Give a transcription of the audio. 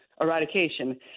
eradication